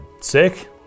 Sick